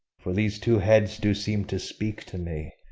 for these two heads do seem to speak to me,